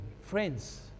Friends